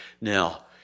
Now